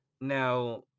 Now